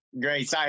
Great